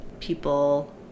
people